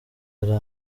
hari